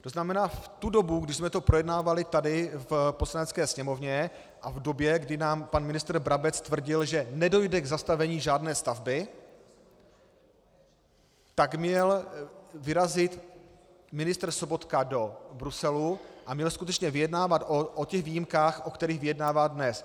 To znamená v tu dobu, když jsme to projednávali tady v Poslanecké sněmovně, a v době, kdy nám pan ministr Brabec tvrdil, že nedojde k zastavení žádné stavby, měl vyrazit premiér Sobotka do Bruselu a měl skutečně vyjednávat o těch výjimkách, o kterých vyjednává dnes.